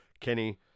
Kenny